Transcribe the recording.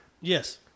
Yes